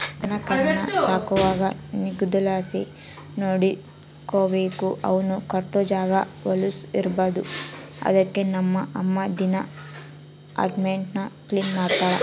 ದನಕರಾನ ಸಾಕುವಾಗ ನಿಗುದಲಾಸಿ ನೋಡಿಕಬೇಕು, ಅವುನ್ ಕಟ್ಟೋ ಜಾಗ ವಲುಸ್ ಇರ್ಬಾರ್ದು ಅದುಕ್ಕ ನಮ್ ಅಮ್ಮ ದಿನಾ ಅಟೇವ್ನ ಕ್ಲೀನ್ ಮಾಡ್ತಳ